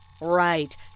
Right